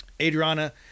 Adriana